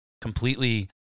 completely